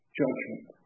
judgment